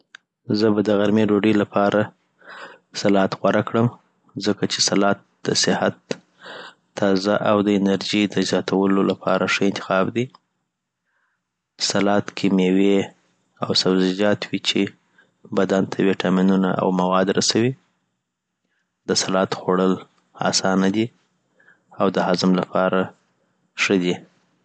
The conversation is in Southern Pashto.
زه به د غرمې ډوډۍ لپاره سلاد غوره کړم، ځکه چې سلاد د صحت، تازه او د انرژۍ د زیاتولو لپاره ښه انتخاب دی سلاد کې مېوې او سبزیجات وي چې بدن ته ویټامینونه او مواد رسوي د سلاد خوړل اسانه دي .او د هضم لپاره ښه دي